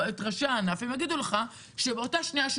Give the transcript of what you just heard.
ראשי הענף שנמצאים פה יגידו לך שבשנייה שהוא